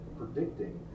predicting